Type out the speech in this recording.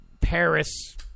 Paris